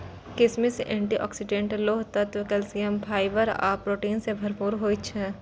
किशमिश antioxidant, लोह तत्व, कैल्सियम, फाइबर आ प्रोटीन सं भरपूर होइ छै